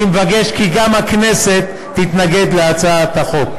אני מבקש כי גם הכנסת תתנגד להצעת החוק.